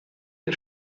den